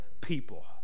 people